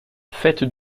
faite